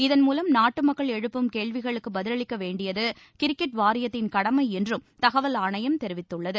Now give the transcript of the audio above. இதன்மூலம் நாட்டு மக்கள் எழுப்பும் கேள்விகளுக்கு பதிலளிக்க வேண்டியது கிரிக்கெட் வாரியத்தின் கடமை என்றும் தகவல் ஆணையம் தெரிவித்துள்ளது